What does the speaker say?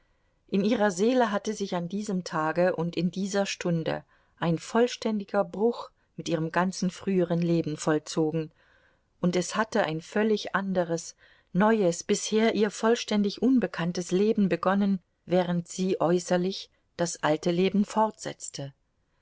in ihrer seele hatte sich an diesem tage und in dieser stunde ein vollständiger bruch mit ihrem ganzen früheren leben vollzogen und es hatte ein völlig anderes neues bisher ihr vollständig unbekanntes leben begonnen während sie äußerlich das alte leben fortsetzte